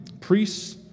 priests